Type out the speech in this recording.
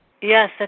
Yes